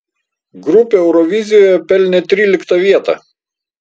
grupė eurovizijoje pelnė tryliktą vietą